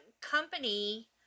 company